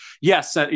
yes